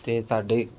ਅਤੇ ਸਾਡੇ